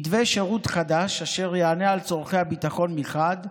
מתווה שירות חדש אשר יענה על צורכי הביטחון מחד גיסא,